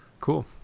cool